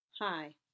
Hi